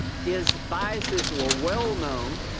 his biases were well-known.